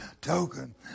token